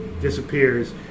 disappears